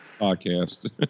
podcast